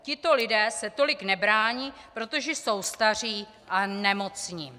Tito lidé se tolik nebrání, protože jsou staří a nemocní.